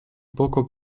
poco